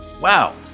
Wow